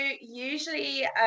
usually